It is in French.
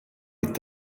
est